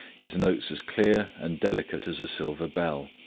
his notes as clear and delicate as a silver bell.